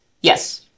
Yes